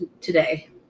today